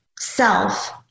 self